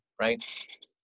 right